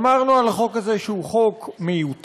אמרנו על החוק הזה שהוא חוק מיותר,